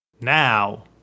now